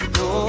no